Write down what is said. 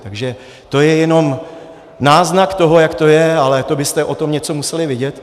Takže to je jenom náznak toho, jak to je, ale to byste o tom něco museli vědět.